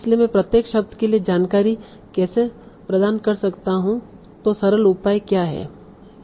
इसलिए मैं प्रत्येक शब्द के लिए जानकारी कैसे प्रदान कर सकता हूं तों सरल उपाय क्या हैं